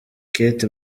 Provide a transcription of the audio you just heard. kate